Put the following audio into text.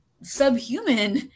subhuman